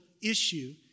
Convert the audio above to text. issue